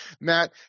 Matt